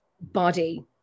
body